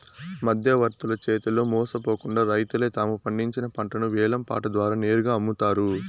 మధ్యవర్తుల చేతిలో మోసపోకుండా రైతులే తాము పండించిన పంటను వేలం పాట ద్వారా నేరుగా అమ్ముతారు